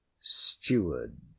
steward